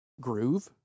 groove